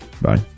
Bye